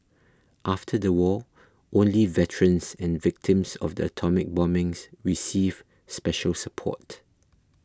after the war only veterans and victims of the atomic bombings received special support